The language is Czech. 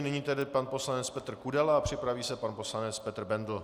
Nyní tedy pan poslanec Petr Kudela a připraví se pan poslanec Petr Bendl.